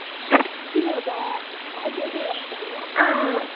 ఒక కాల్ కేజీ వేస్తాను